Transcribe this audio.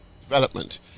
development